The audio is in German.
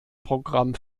programm